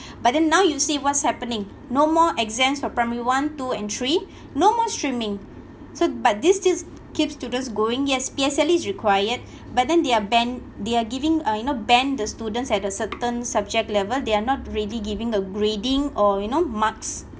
but then now you see what's happening no more exams for primary one two and three no more streaming so but this this keeps students going yes P_S_L_E is required but then they're band they are giving uh you know band the students at a certain subject level they are not really giving a grading or you know marks